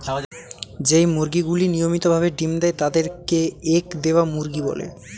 যেই মুরগিগুলি নিয়মিত ভাবে ডিম্ দেয় তাদের কে এগ দেওয়া মুরগি বলে